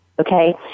Okay